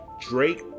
Drake